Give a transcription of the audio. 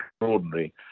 extraordinary